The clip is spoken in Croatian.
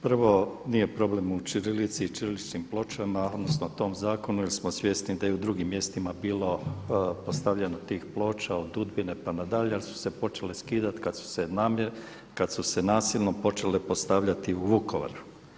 Prvo nije problem u ćirilici i ćirilićnim pločama, odnosno tom zakonu jer smo svjesni da je i u drugim mjestima bilo postavljeno tih ploča od Udbine pa na dalje, ali su se počele skidati kad su se nasilno počele postavljati u Vukovaru.